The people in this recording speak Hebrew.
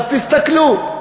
אז תסתכלו,